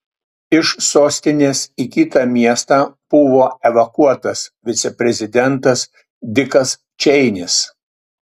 iš sostinės į kitą miestą buvo evakuotas viceprezidentas dikas čeinis